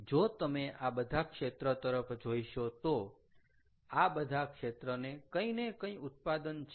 જો તમે આ બધા ક્ષેત્ર તરફ જોઈશો તો આ બધા ક્ષેત્રને કંઈ ને કંઈ ઉત્પાદન છે